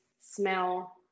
smell